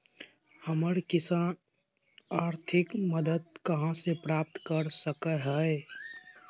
हम किसान आर्थिक मदत कहा से प्राप्त कर सको हियय?